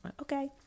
Okay